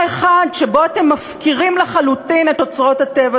שבו אתם מפקירים לחלוטין את אוצרות הטבע